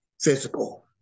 physical